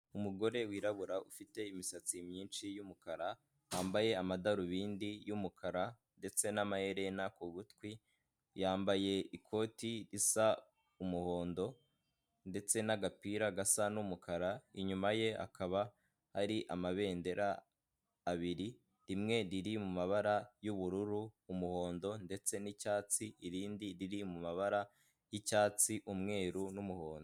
Umugore wirabura ufite imisatsi myinshi y'umukara wambaye amadarubindi y'umukara ndetse n'amaherena ku gutwi yambaye ikoti risa umuhondo ndetse n'agapira gasa umukara inyuma ye hakaba ari amabendera abiri imwe riri mu mabara y'ubururu, umuhondo ndetse n'icyatsi, irindi riri mu mabara y'icyatsi, umweru n'umuhondo.